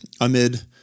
amid